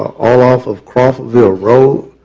all off of crawfordville road,